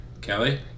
Kelly